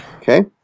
Okay